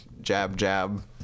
Jab-Jab